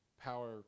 power